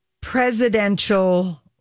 presidential